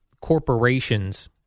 corporations